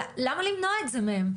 למה למנוע את זה מהם?